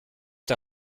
der